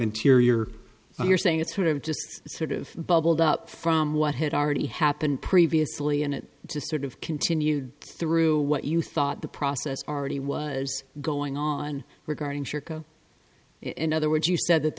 interior you're saying it's sort of just sort of bubbled up from what had already happened previously and it just sort of continued through what you thought the process already was going on regarding chicago in other words you said that